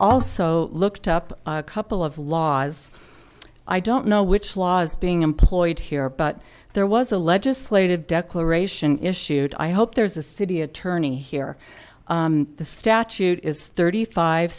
also looked up a couple of laws i don't know which laws being employed here but there was a legislative declaration issued i hope there's a city attorney here the statute is thirty five